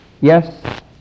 Yes